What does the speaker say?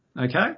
okay